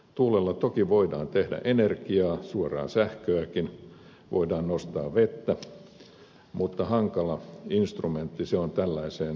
tuulella toki voidaan tehdä energiaa suoraan sähköäkin voidaan nostaa vettä mutta hankala instrumentti se on tällaiseen tarkoitukseen